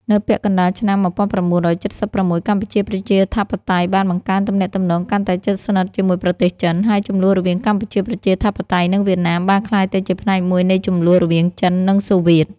នៅពាក់កណ្តាលឆ្នាំ ១៩៧៦ កម្ពុជាប្រជាធិបតេយ្យបានបង្កើនទំនាក់ទំនងកាន់តែជិតស្និទ្ធជាមួយប្រទេសចិន ហើយជម្លោះរវាងកម្ពុជាប្រជាធិបតេយ្យនិងវៀតណាមបានក្លាយទៅជាផ្នែកមួយនៃជម្លោះរវាងចិននិងសូវៀត។